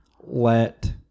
let